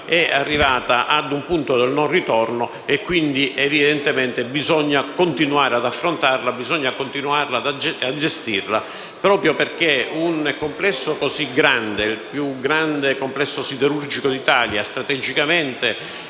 è arrivata ad un punto di non ritorno e, quindi, evidentemente, bisogna continuare ad affrontarla e gestirla proprio perché un complesso così grande, il più grande complesso siderurgico d'Italia, il